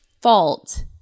fault